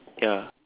ya